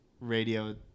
radio